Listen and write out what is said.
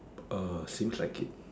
err seems like it